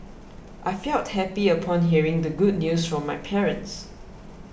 I felt happy upon hearing the good news from my parents